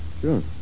Sure